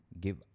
give